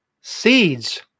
Seeds